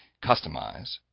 customize,